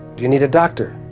do you need a doctor?